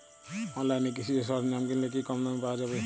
অনলাইনে কৃষিজ সরজ্ঞাম কিনলে কি কমদামে পাওয়া যাবে?